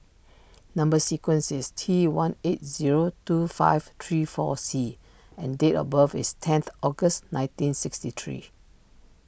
Number Sequence is T one eight zero two five three four C and date of birth is tenth August nineteen sixty three